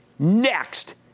Next